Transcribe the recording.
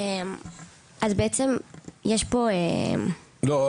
אז בעצם יש פה --- לא,